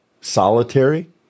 solitary